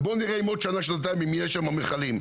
ונראה אם בעוד שנה או שנתיים יהיו שם מכלים.